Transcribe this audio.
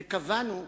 וקבענו,